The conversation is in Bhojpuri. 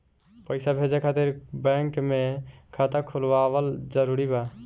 पईसा भेजे खातिर बैंक मे खाता खुलवाअल जरूरी बा?